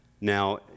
Now